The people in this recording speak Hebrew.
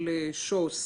שו"ס.